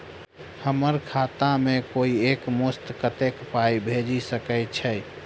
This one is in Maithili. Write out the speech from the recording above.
हम्मर खाता मे कोइ एक मुस्त कत्तेक पाई भेजि सकय छई?